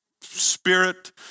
spirit